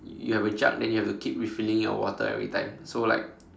you have a jug then you have to keep refilling your water every time so like